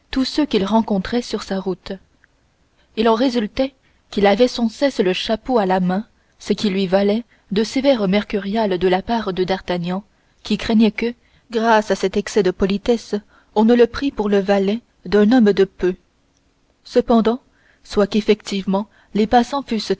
tous ceux qu'il rencontrait sur la route il en résultait qu'il avait sans cesse le chapeau à la main ce qui lui valait de sévères mercuriales de la part de d'artagnan qui craignait que grâce à cet excès de politesse on ne le prît pour le valet d'un homme de peu cependant soit qu'effectivement les passants